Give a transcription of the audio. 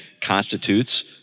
constitutes